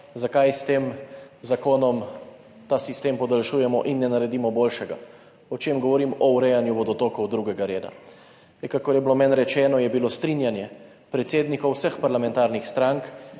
zakaj s tem zakonom ta sistem podaljšujemo in ne naredimo boljšega. O čem govorim? O urejanju vodotokov 2. reda. Kakor je bilo meni rečeno, je bilo strinjanje predsednikov vseh parlamentarnih strank